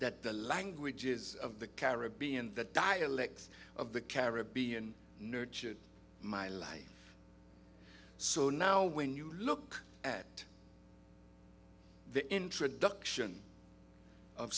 that the languages of the caribbean the dialects of the caribbean nurtured my life so now when you look at the introduction of